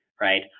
right